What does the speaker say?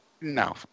No